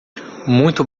muito